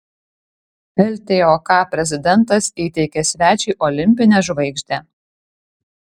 ltok prezidentas įteikė svečiui olimpinę žvaigždę